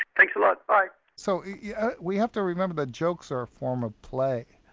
thanks a lot, bye. so yeah we have to remember jokes are a form of play,